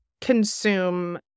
consume